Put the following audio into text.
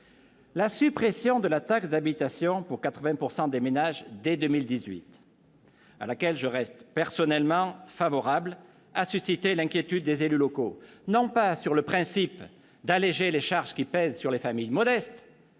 La suppression de la taxe d'habitation pour 80 % des ménages dès 2018, à laquelle je reste personnellement favorable, a suscité l'inquiétude des élus locaux, non sur le principe consistant à alléger les charges qui pèsent sur les familles modestes,